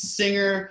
singer